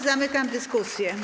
Zamykam dyskusję.